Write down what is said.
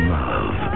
love